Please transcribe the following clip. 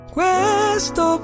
Questo